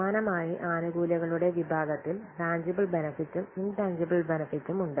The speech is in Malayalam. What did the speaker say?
സമാനമായി ആനുകൂല്യങ്ങളുടെ വിഭാഗത്തിൽ ടാൻജിബിൽ ബെനെഫിട്ടും ഇൻട്ടാജിബിൽ ബെനെഫിട്ടും ഉണ്ട്